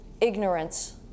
ignorance